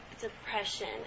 depression